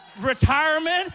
retirement